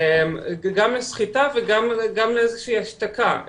גם לסחיטה וגם לאיזושהי השתקה,